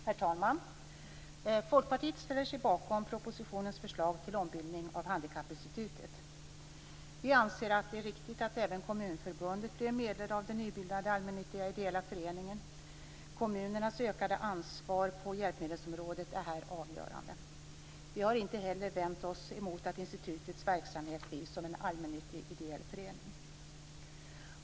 Herr talman! Folkpartiet ställer sig bakom propositionens förslag till ombildning av Handikappinstitutet. Vi anser att det är riktigt att även Kommunförbundet blir en medlem i den nybildade allmännyttiga ideella föreningen. Kommunernas ökade ansvar på hjälpmedelsområdet är här avgörande. Vi har inte heller vänt oss emot att institutets verksamhet drivs som en allmännyttig ideell förening.